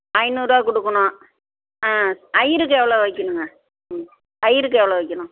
ஐநூறுரூவா கொடுக்கணும் ஆ அய்யருக்கு எவ்வளோ வைக்கணுங்க ம் அய்யருக்கு எவ்வளோ வைக்கணும்